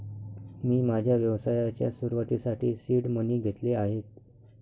मी माझ्या व्यवसायाच्या सुरुवातीसाठी सीड मनी घेतले आहेत